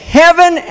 heaven